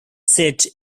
set